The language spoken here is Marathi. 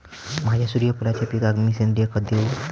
माझ्या सूर्यफुलाच्या पिकाक मी सेंद्रिय खत देवू?